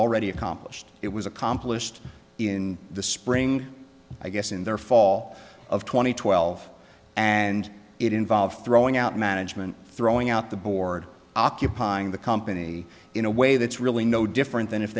already accomplished it was accomplished in the spring i guess in their fall of two thousand and twelve and it involved throwing out management throwing out the board occupying the company in a way that's really no different than if